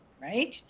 Right